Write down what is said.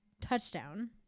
touchdown –